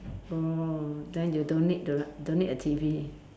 oh then you don't need the don't need a T_V